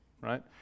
right